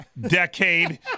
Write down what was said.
decade